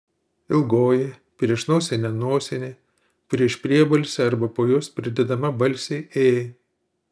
ilgoji prieš nosinę nosinė prieš priebalsę arba po jos pridedama balsė ė